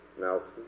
Nelson